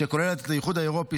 שכוללת את האיחוד האירופי,